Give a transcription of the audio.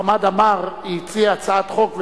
חמד עמאר הציע הצעת החוק,